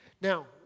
Now